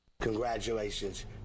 Congratulations